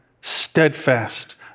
steadfast